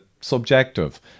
subjective